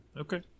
Okay